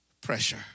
pressure